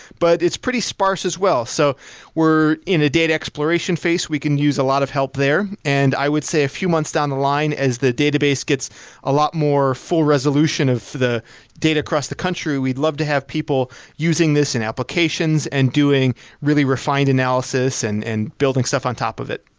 but it's pretty sparse as well. so we're in a data exploration phase. we can use a lot of help there. and i would say a few months down the line as the database gets a lot more full resolution of the data across the country, we'd love to have people using this in applications and doing really refined analysis and and building stuff on top of it.